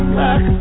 back